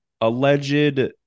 alleged